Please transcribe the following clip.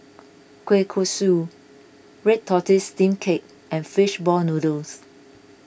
Kueh Kosui Red Tortoise Steamed Cake and Fish Ball Noodles